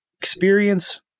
experience